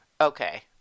Okay